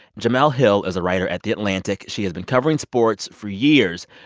jemele hill is a writer at the atlantic. she has been covering sports for years,